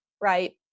right